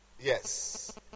Yes